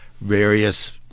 various